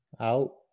out